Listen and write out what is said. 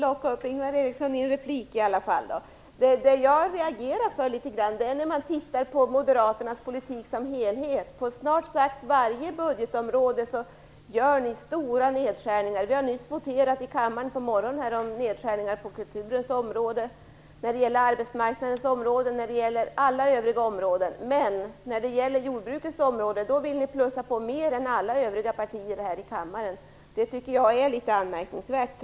Fru talman! Det gick i alla fall att locka upp Ingvar Eriksson i en replik. Jag reagerar litet när jag tittar på moderaternas politik i sin helhet. På snart sagt varje budgetområde gör ni stora nedskärningar. I kammaren har vi nyligen under morgonen voterat om nedskärningar på kulturens område, arbetsmarknadens område och alla övriga områden. Men när det gäller jordbrukets område vill ni plussa på mer än alla de andra partierna här i kammaren. Jag tycker trots allt att det är litet anmärkningsvärt.